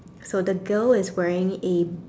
so the girl is wearing A